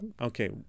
Okay